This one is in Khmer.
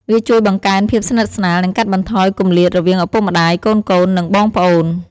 វាជួយបង្កើនភាពស្និទ្ធស្នាល និងកាត់បន្ថយគម្លាតរវាងឪពុកម្ដាយ កូនៗ និងបងប្អូន ។